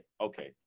okay